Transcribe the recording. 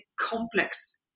complex